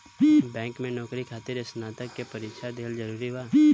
Bank में नौकरी खातिर स्नातक के परीक्षा दिहल जरूरी बा?